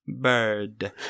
bird